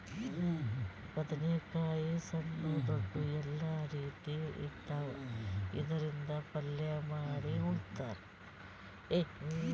ಬದ್ನೇಕಾಯಿ ಸಣ್ಣು ದೊಡ್ದು ಎಲ್ಲಾ ರೀತಿ ಇರ್ತಾವ್, ಇದ್ರಿಂದ್ ಪಲ್ಯ ಮಾಡಿ ಉಣ್ತಾರ್